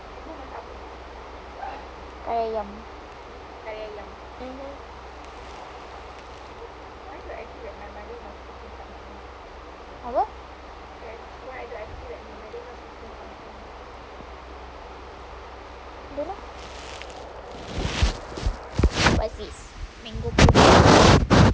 kari ayam mmhmm apa don't know what's this mango pudding